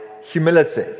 Humility